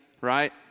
right